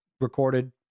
recorded